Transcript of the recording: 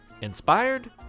Inspired